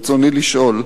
ברצוני לשאול: